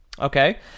okay